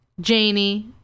Janie